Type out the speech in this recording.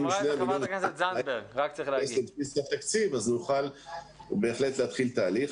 אם 2 מיליון שקל ייכנסו לבסיס התקציב אז נוכל בהחלט להתחיל תהליך.